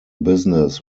business